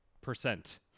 Percent